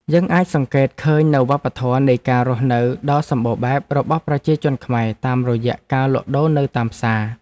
យើងអាចសង្កេតឃើញនូវវប្បធម៌នៃការរស់នៅដ៏សម្បូរបែបរបស់ប្រជាជនខ្មែរតាមរយៈការលក់ដូរនៅតាមផ្សារ។